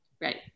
Right